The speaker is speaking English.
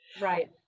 right